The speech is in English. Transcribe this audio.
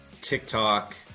TikTok